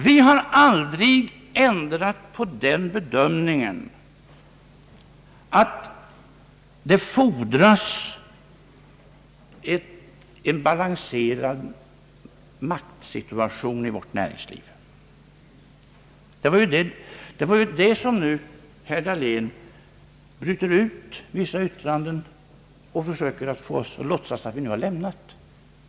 Vi har aldrig ändrat på den bedömningen att det fordras en balanserad maktsituation i vårt näringsliv. Det var detta som herr Dahlén försökte låtsas att vi nu har lämnat.